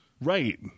Right